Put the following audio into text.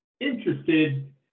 interested